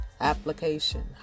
Application